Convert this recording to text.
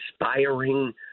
inspiring